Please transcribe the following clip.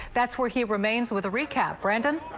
that's where he remains with a recap. brandon?